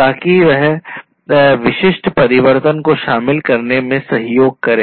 तक वह विशिष्ट परिवर्तन को शामिल करने में सहयोग करें